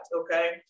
okay